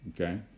Okay